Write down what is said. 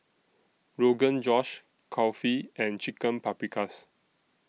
Rogan Josh Kulfi and Chicken Paprikas